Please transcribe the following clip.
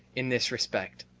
in this respect,